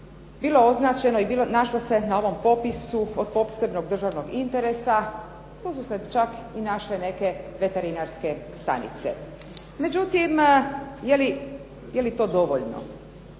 bilo označeno i našlo se na ovom popisu od posebnog državnog interesa. Tu su se čak i našle neke veterinarske stanice. Međutim, je li to dovoljno?